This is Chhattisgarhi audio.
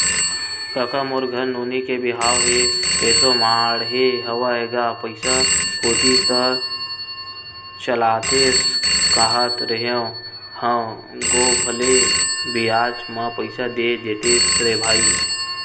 कका मोर घर नोनी के बिहाव ह एसो माड़हे हवय गा पइसा होतिस त चलातेस कांहत रेहे हंव गो भले बियाज म पइसा दे देतेस रे भई